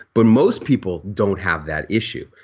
but most people don't have that issue.